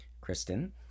Kristen